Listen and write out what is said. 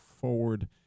forward